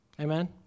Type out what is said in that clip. Amen